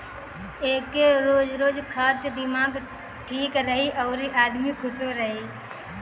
एके रोज रोज खा त दिमाग ठीक रही अउरी आदमी खुशो रही